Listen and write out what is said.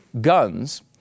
guns